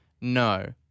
no